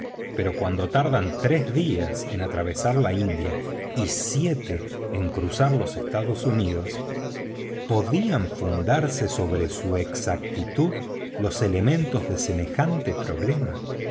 pero cuando tardan tres días en atravesar la india y siete en cruzar los estados unidos podían fundarse sobre su exactitud los elementos de semejante problema